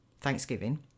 Thanksgiving